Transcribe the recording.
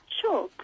Sure